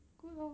good lor